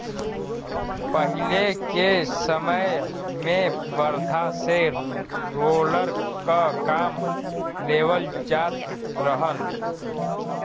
पहिले के समय में बरधा से रोलर क काम लेवल जात रहल